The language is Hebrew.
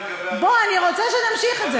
בוא, אני רוצה שנמשיך את זה.